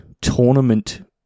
tournament